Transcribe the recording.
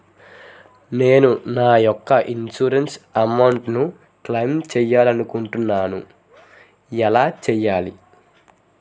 నేను నా యెక్క ఇన్సురెన్స్ అమౌంట్ ను క్లైమ్ చేయాలనుకుంటున్నా ఎలా చేయాలి?